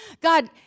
God